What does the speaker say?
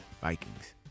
Vikings